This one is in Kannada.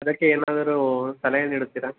ಅದಕ್ಕೆ ಏನಾದರೂ ಸಲಹೆ ನೀಡುತ್ತೀರ